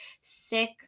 sick